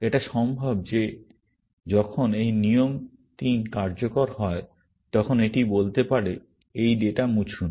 এটা সম্ভব যে যখন এই নিয়ম 3 কার্যকর হয় তখন এটি বলতে পারে এই ডেটা মুছুন